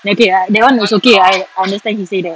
okay that one was okay I understand he say that